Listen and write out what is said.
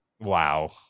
wow